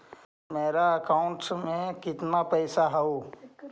मेरा अकाउंटस में कितना पैसा हउ?